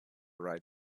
right